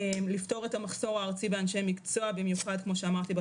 לפתור את המחסור הארצי באנשי מקצוע במיוחד כמו שאמרתי,